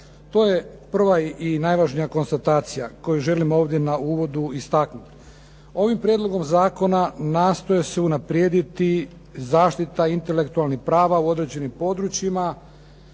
To je prva i najvažnija konstatacija koju želim ovdje na uvodu istaknuti. Ovim prijedlogom zakonom nastoji se unaprijediti zaštita intelektualnih prava u određenim područjima